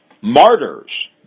martyrs